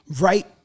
right